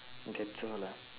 that's all lah